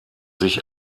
sich